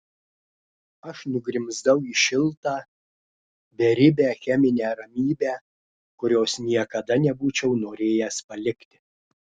aš nugrimzdau į šiltą beribę cheminę ramybę kurios niekada nebūčiau norėjęs palikti